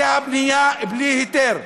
הבנייה בלי היתר.